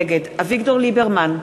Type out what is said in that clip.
נגד אביגדור ליברמן,